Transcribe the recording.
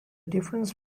difference